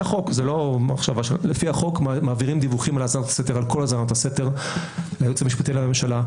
החוק על כל האזנות הסתר ליעוץ המשפטי לממשלה,